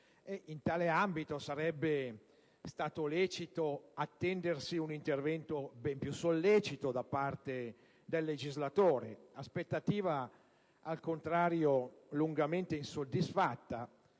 In tale ambito sarebbe stato lecito attendersi un intervento ben più sollecito da parte del legislatore. Si tratta di un'aspettativa, al contrario, lungamente insoddisfatta,